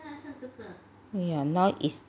对啊 now is